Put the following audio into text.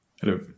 Hello